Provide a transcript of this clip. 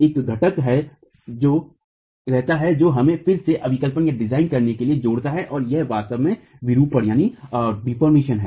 एक घटक है जो रहता है जो हमें फिर से अभिकल्पनडिजाइन करने के लिए जोड़ता है और यह वास्तव में विरूपण है